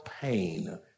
pain